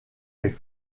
est